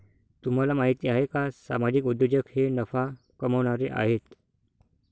तुम्हाला माहिती आहे का सामाजिक उद्योजक हे ना नफा कमावणारे आहेत